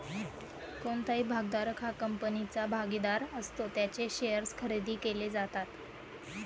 कोणताही भागधारक हा कंपनीचा भागीदार असतो ज्यांचे शेअर्स खरेदी केले जातात